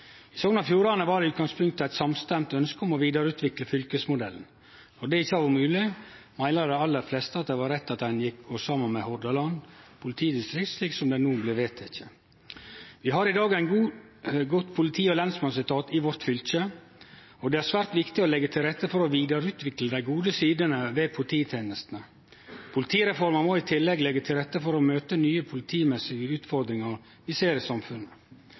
I Sogn og Fjordane var det i utgangspunktet eit samstemt ønske om å vidareutvikle fylkesmodellen. Når det ikkje har vore mogleg, meiner dei aller fleste at det er rett at ein går saman med Hordaland politidistrikt, slik som det no blir vedteke. Vi har i dag ein god politi- og lensmannsetat i vårt fylke, og det er svært viktig å leggje til rette for å vidareutvikle dei gode sidene ved polititenestene. Politireforma må i tillegg leggje til rette for å møte dei nye politimessige utfordringane vi ser i samfunnet.